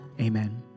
amen